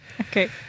Okay